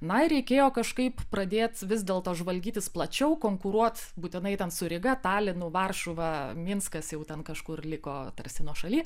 na ir reikėjo kažkaip pradėt vis dėlto žvalgytis plačiau konkuruot būtinai ten su ryga talinu varšuva minskas jau ten kažkur liko tarsi nuošaly